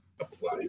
apply